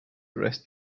arrest